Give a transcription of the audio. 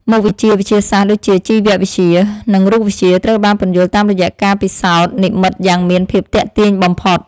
មុខវិជ្ជាវិទ្យាសាស្ត្រដូចជាជីវវិទ្យា និងរូបវិទ្យាត្រូវបានពន្យល់តាមរយៈការពិសោធន៍និម្មិតយ៉ាងមានភាពទាក់ទាញបំផុត។